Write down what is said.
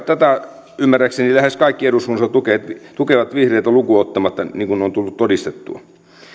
tätä ymmärtääkseni lähes kaikki eduskunnassa tukevat vihreitä lukuun ottamatta niin kuin on tullut todistettua